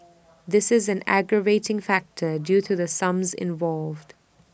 this is an aggravating factor due to the sums involved